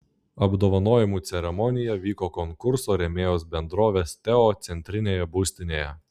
apdovanojimų ceremonija vyko konkurso rėmėjos bendrovės teo centrinėje būstinėje